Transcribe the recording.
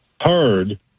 heard